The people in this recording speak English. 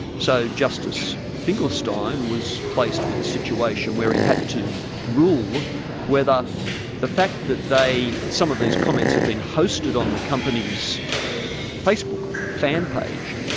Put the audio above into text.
so justice finkelstein was placed with a situation where he had to rule whether the fact that they, some of these comments had been hosted on the company's facebook fan page,